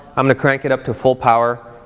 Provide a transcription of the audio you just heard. i'm gonna crank it up to full power,